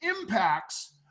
impacts